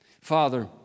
Father